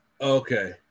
Okay